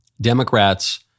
Democrats